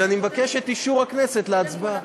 ואני מבקש את אישור הכנסת להצבעה.